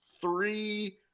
three